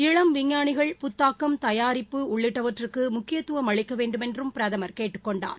இளம் விஞ்ஞானிகள் புத்தாக்கம் தயாரிப்பு உள்ளிட்டவற்றுக்கு முக்கியத்துவம் அளிக்க வேண்டுமென்றும் பிரதமர் கேட்டுக் கொண்டார்